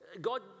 God